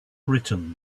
written